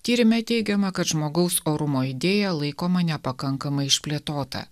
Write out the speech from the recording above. tyrime teigiama kad žmogaus orumo idėja laikoma nepakankamai išplėtota